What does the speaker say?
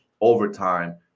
overtime